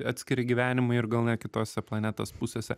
atskiri gyvenimai ir gal net kitose planetos pusėse